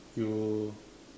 you